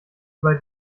bei